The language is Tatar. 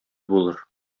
булыр